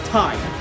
time